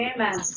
Amen